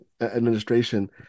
administration